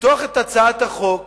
לפתוח את הצעת החוק